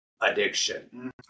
addiction